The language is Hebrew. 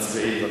מצביעים.